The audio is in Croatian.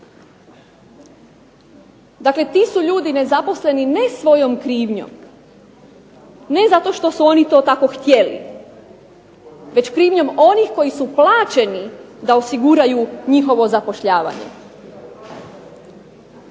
Dakle, ti su ljudi nezaposleni ne svojom krivnjom, ne zato što su oni to tako htjeli već krivnjom onih koji su plaćeni da osiguraju njihovo zapošljavanje.